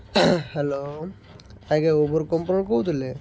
hello ଆଜ୍ଞା Uber କମ୍ପାନୀରୁ କହୁଥିଲେ